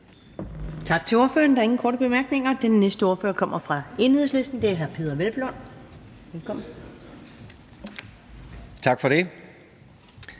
Tak til ordføreren. Der er ingen korte bemærkninger. Den næste ordfører kommer fra Enhedslisten, og det er hr. Peder Hvelplund. Velkommen. Kl.